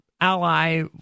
ally